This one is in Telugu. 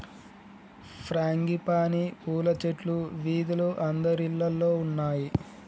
ఫ్రాంగిపానీ పూల చెట్లు వీధిలో అందరిల్లల్లో ఉన్నాయి